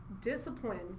discipline